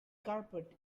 carpet